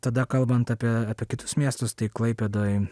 tada kalbant apie kitus miestus tai klaipėdoj